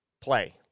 play